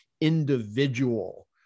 individual